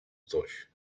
coś